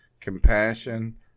compassion